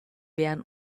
wären